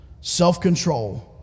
self-control